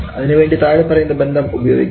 അതിനു വേണ്ടി താഴെപ്പറയുന്ന ബന്ധം ഉപയോഗിക്കാം